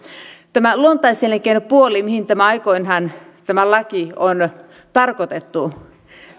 tämä luontaiselinkeinopuoli mihin tämä laki aikoinaan on tarkoitettu